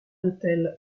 hôtel